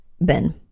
Ben